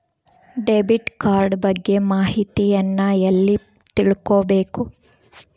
Debit card ಬಗ್ಗೆ ಮಾಹಿತಿಯನ್ನ ಎಲ್ಲಿ ತಿಳ್ಕೊಬೇಕು?